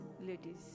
ladies